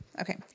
Okay